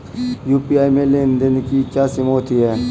UPI में लेन देन की क्या सीमा होती है?